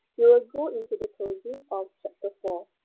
we will go into the closing of chapter four.